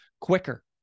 quicker